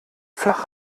flach